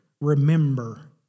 remember